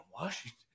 Washington